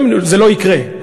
זה לא יקרה,